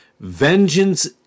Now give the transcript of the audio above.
Vengeance